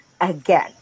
again